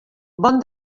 bon